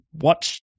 watch